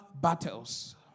battles